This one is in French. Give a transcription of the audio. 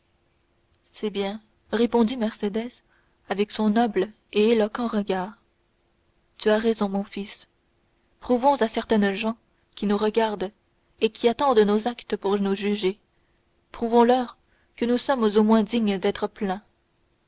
c'est bien répondit mercédès avec son noble et éloquent regard tu as raison mon fils prouvons à certaines gens qui nous regardent et qui attendent nos actes pour nous juger prouvons leur que nous sommes au moins dignes d'être plaints